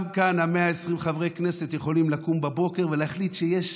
גם כאן 120 חברי הכנסת יכולים לקום בבוקר ולהחליט שיש